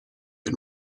and